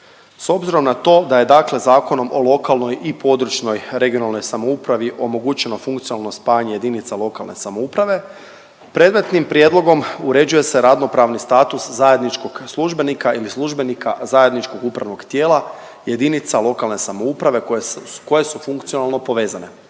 S obzirom na to da je dakle Zakonom o lokalnoj i područnoj (regionalnoj) samoupravi omogućeno funkcionalno spajanje JLS predmetnim prijedlogom uređuje se radno-pravni status zajedničkog službenika ili službenika zajedničkog upravnog tijela JLS koje su funkcionalno povezane,